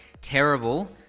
terrible